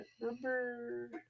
number